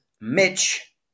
Mitch